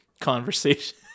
conversation